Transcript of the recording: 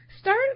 start